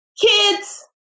kids